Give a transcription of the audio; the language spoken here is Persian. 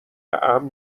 امن